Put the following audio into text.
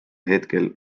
hetkel